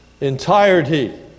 entirety